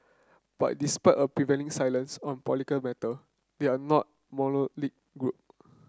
but despite a prevailing silence on political matter they are not group